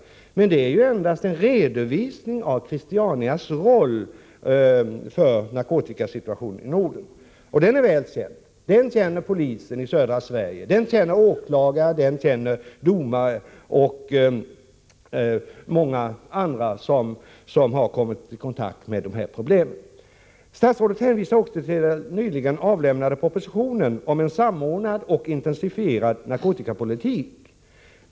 Den innehåller emellertid endast en redovisning av Christianias roll för narkotikasituationen i Norden — och Christianias betydelse i det sammanhanget är väl känd. Den känner polisen i södra Sverige, åklagare, domare och många andra som har kommit i kontakt med narkotikaproblem till. Statsrådet hänvisar också till den nyligen avlämnade propositionen om en samordnad och intensifierad narkotikapolitik.